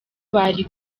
bari